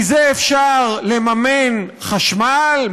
מזה אפשר לממן חשמל?